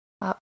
up